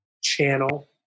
channel